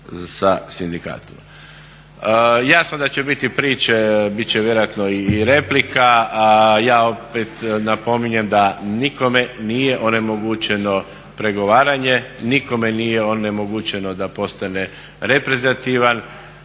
sa sindikatima. Jasno da će biti priče, bit će vjerojatno i replika, ja opet napominjem da nikome nije onemogućeno pregovaranje, nikome nije onemogućeno da postane reprezentativan.